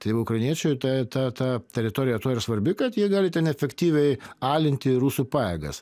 tai ukrainiečiai ta ta ta teritorija tuo ir svarbi kad jie gali ten efektyviai alinti rusų pajėgas